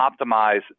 optimize